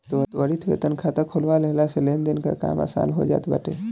त्वरित वेतन खाता खोलवा लेहला से लेनदेन कअ काम आसान हो जात बाटे